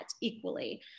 equally